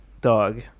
dog